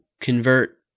convert